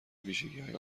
ویژگیهای